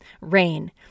rain